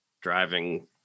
driving